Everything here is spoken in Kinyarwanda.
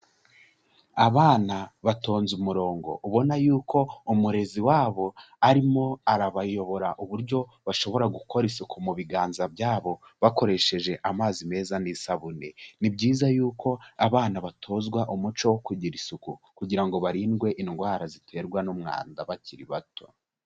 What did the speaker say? Abana batonze umurongo ubona yuko umurezi wabo arimo arabayobora uburyo bashobora gukora isuku mu biganza byabo bakoresheje amazi meza n'isabune. Ni byiza yuko abana batozwa umuco wo kugira isuku, kugira ngo barindwe indwara ziterwa n'umwanda bakiri bato.